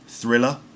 Thriller